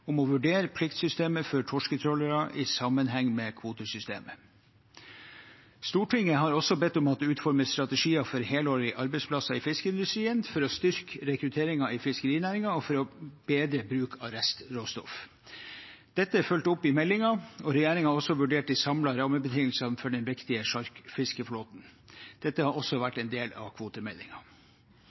om å vurdere pliktsystemet for torsketrålere i sammenheng med kvotesystemet. Stortinget har også bedt om at det utformes strategier for helårige arbeidsplasser i fiskeindustrien, for å styrke rekrutteringen i fiskerinæringen og for bedre bruk av restråstoff. Dette er fulgt opp i meldingen. Regjeringen har også vurdert de samlede rammebetingelsene for den viktige sjarkfiskeflåten. Dette har også vært en del av